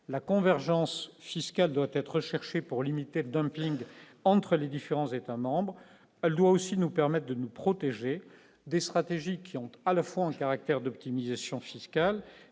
la convergence fiscale doit être recherchée pour limiter dans ping entre les différents États-membres, elle doit aussi nous permettent de nous protéger des stratégies qui ont à la fois en caractère d'optimisation fiscale